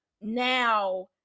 now